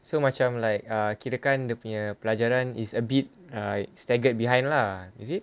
so macam like err kirakan dia punya pelajaran is a bit uh staggered behind lah is it